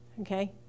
okay